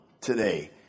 today